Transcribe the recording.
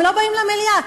והם לא באים לוועדה,